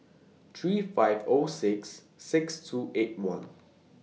three five O six six two eight one